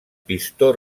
pistó